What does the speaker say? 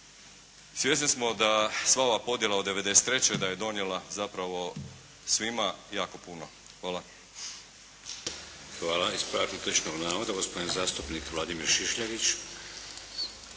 svjesni smo da sva ova podjela od '93. da je donijela zapravo svima jako puno. Hvala. **Šeks, Vladimir (HDZ)** Hvala. Ispravak netočnog navoda, gospodin zastupnik Vladimir Šišljagić.